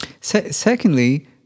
secondly